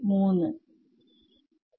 3